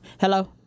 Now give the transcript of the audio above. hello